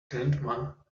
grandma